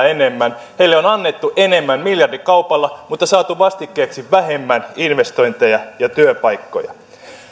enemmän heille on annettu enemmän miljardikaupalla mutta on saatu vastikkeeksi vähemmän investointeja ja työpaikkoja